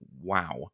Wow